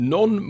Non